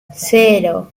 cero